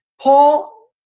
Paul